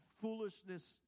foolishness